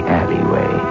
alleyway